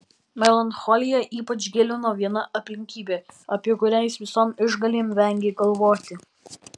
melancholiją ypač gilino viena aplinkybė apie kurią jis visom išgalėm vengė galvoti